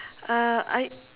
uh I